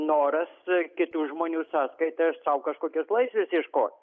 noras kitų žmonių sąskaita sau kažkokios laisvės ieškot